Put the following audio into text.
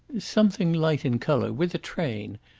something light in colour with a train,